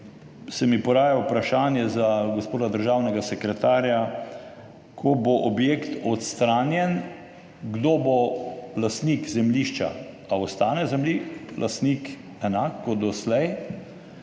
se mi poraja vprašanje za gospoda državnega sekretarja; ko bo objekt odstranjen, kdo bo lastnik zemljišča? Ali ostane lastnik enak, kot doslej?